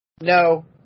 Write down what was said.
No